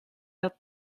dat